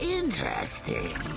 interesting